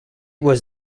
was